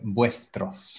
Vuestros